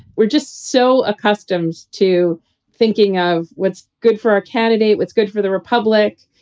we're just so accustomed to thinking of what's good for our candidate, what's good for the republic.